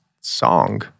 song